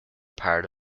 part